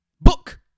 Book